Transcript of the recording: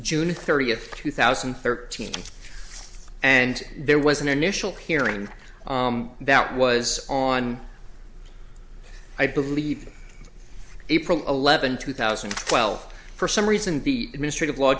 june thirtieth two thousand and thirteen and there was an initial hearing that was on i believe april eleventh two thousand well for some reason be administrative law